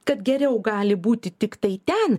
kad geriau gali būti tiktai ten